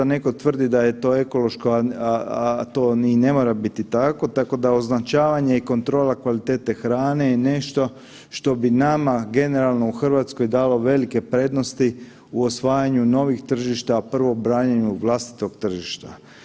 Neko tvrdi da je to ekološko, a to ni ne mora biti tako, tako da označavanje i kontrola kvalitete hrane je nešto što bi nama generalno u RH dalo velike prednosti u osvajanju novih tržišta, a prvo u branjenju vlastitog tržišta.